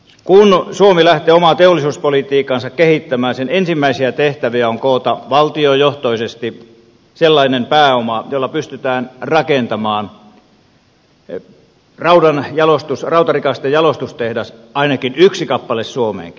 kun suomi lähtee omaa teollisuuspolitiikkaansa kehittämään sen ensimmäisiä tehtäviä on koota valtiojohtoisesti sellainen pääoma jolla pystytään rakentamaan rautarikastejalostustehdas ainakin yksi kappale suomeenkin